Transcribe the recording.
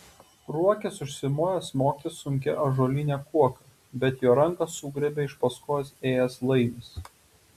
ruokis užsimojo smogti sunkia ąžuoline kuoka bet jo ranką sugriebė iš paskos ėjęs laimis